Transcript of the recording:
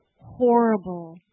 horrible